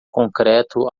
concreto